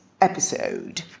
episode